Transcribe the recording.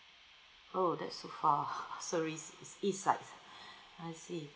oh that's so far so is east side I see